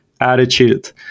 attitude